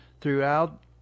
throughout